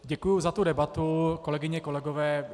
Děkuji za tu debatu, kolegyně, kolegové.